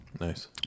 Nice